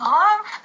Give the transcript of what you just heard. love